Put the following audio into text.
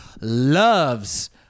loves